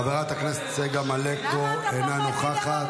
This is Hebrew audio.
חברת הכנסת צגה מלקו, אינה נוכחת.